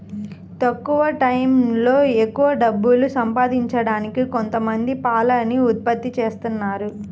తక్కువ టైయ్యంలో ఎక్కవ డబ్బులు సంపాదించడానికి కొంతమంది పాలని ఉత్పత్తి జేత్తన్నారు